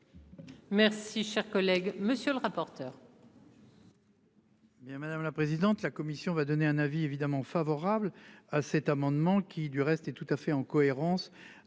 Merci cher collègue monsieur le rapporteur.